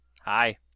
Hi